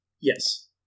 Yes